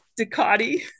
Ducati